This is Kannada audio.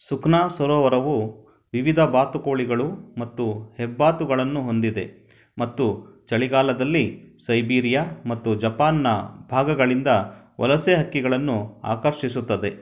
ಸುಖ್ನಾ ಸರೋವರವು ವಿವಿಧ ಬಾತುಕೋಳಿಗಳು ಮತ್ತು ಹೆಬ್ಬಾತುಗಳನ್ನು ಹೊಂದಿದೆ ಮತ್ತು ಚಳಿಗಾಲದಲ್ಲಿ ಸೈಬೀರಿಯಾ ಮತ್ತು ಜಪಾನ್ನ ಭಾಗಗಳಿಂದ ವಲಸೆ ಹಕ್ಕಿಗಳನ್ನು ಆಕರ್ಷಿಸುತ್ತದೆ